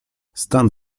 stan